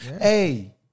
Hey